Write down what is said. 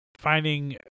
finding